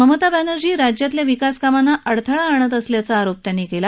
ममता बॅनर्जी राज्यातील विकासकामांना अडथळा आणत असल्याचा आरोपही त्यांनी केला